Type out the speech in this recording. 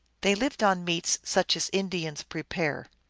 they lived on meat such as indians prepare.